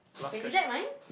wait is that mine